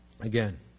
Again